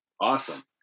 Awesome